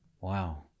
wow